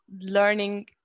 learning